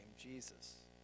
Jesus